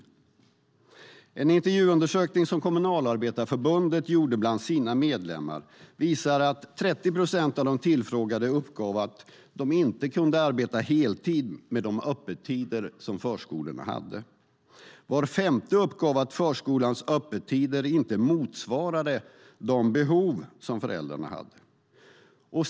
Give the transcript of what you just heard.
I en intervjuundersökning som Kommunalarbetareförbundet gjorde bland sina medlemmar uppgav 30 procent av de tillfrågade att de inte kunde arbeta heltid med de öppettider som förskolorna hade. Var femte uppgav att förskolans öppettider inte motsvarade de behov som föräldrarna hade.